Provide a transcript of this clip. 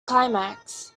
climax